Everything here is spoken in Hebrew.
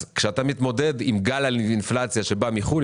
כשאתה מתמודד עם גל אינפלציה שבא מחו"ל,